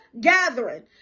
gathering